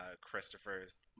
Christopher's